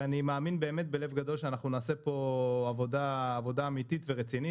אני מאמין באמת בלב גדול שאנחנו נעשה פה עבודה אמיתית ורצינית,